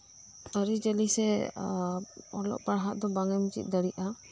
ᱟᱹᱨᱤᱪᱟᱹᱞᱤ ᱥᱮ ᱚᱞᱚᱜ ᱯᱟᱲᱦᱟᱜ ᱫᱚ ᱵᱟᱝᱮᱢ ᱪᱤᱫ ᱫᱟᱲᱤᱭᱟᱜ ᱟ